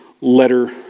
letter